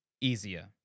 easier